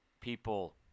people